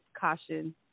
caution